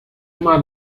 uma